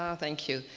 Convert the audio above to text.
um thank you.